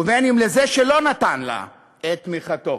ולזה שלא נתן לה את תמיכתו.